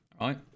right